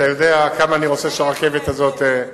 אתה יודע כמה אני רוצה שהרכבת הזאת,